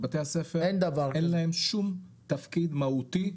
בתי הספר אין להם שום תפקיד מהותי.